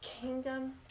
kingdom